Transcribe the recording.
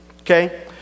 Okay